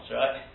right